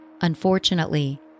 Unfortunately